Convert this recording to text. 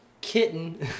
kitten